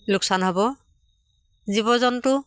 লোকচান হ'ব জীৱ জন্তু